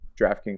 DraftKings